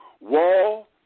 Wall